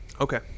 Okay